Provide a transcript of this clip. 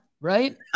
right